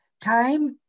time